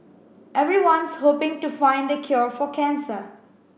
everyone's hoping to find the cure for cancer